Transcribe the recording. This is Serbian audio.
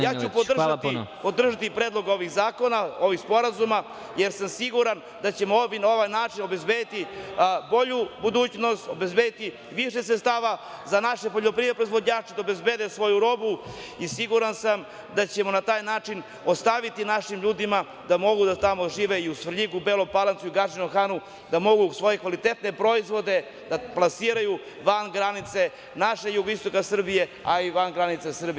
Ja ću podržati predlog ovih zakona, ovih sporazuma, jer sam siguran da ćemo na ovaj način obezbediti bolju budućnost, obezbediti više sredstava za naše poljoprivredne proizvođače da obezbede svoju robu i siguran sam da ćemo na taj način ostaviti našim ljudima da mogu tamo da žive i u Svrljigu, Beloj Palanci, Gadžinom Hanu, da mogu svoje kvalitetne proizvode da plasiraju van granica našeg jugoistoka Srbije, a i van granica Srbije.